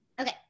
Okay